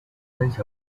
三峡